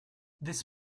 this